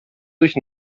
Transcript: durch